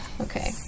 Okay